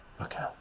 Okay